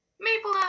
Maple